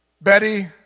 Betty